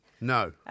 No